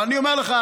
אבל אני אומר לכם,